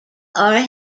are